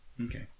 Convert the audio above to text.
okay